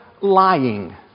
lying